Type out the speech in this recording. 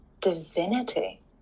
divinity